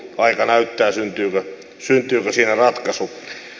aika näyttää syntyykö siinä ratkaisu